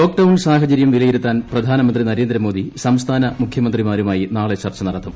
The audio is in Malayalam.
ലോക് ഡൌൺ സാഹചര്യം വിലയിരുത്താൻ പ്രധാനമന്ത്രി നരേന്ദ്രമോദി സംസ്ഥാനു മുഖ്യമ്ത്രിമാരുമായി നാളെ ചർച്ച നടത്തും